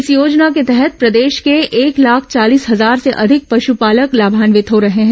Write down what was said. इस योजना के तहत प्रदेश के एक लाख चालीस हजार से अधिक पशुपालक लाभान्वित हो रहे हैं